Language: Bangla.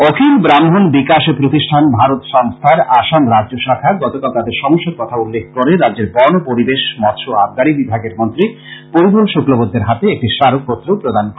অখিল ব্রাহ্মণ বিকাশ প্রতিষ্ঠান ভারত সংস্থার আসাম রাজ্য শাখা গতকাল তাদের সমস্যার কথা উল্লেখ করে রাজ্যের বণ ও পরিবেশ মৎস ও আবগারী বিভাগের মন্ত্রী পরিমল শুক্লবৈদ্যের হাতে একটি স্মারকপত্র প্রদান করে